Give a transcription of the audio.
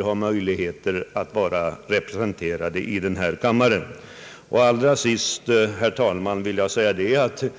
ha möjlighet att från olika partier vara representerade i den nya enkammarriksdagen.